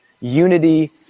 unity